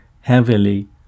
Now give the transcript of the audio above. heavily